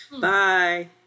Bye